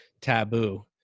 taboo